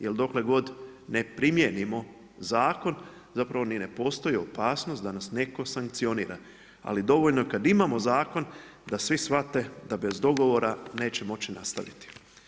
Jel dokle god ne primijenimo zakon ni ne postoji opasnost da nas netko sankcionira, ali dovoljno je kada imamo zakon da svi shvate da bez dogovora neće moći nastaviti.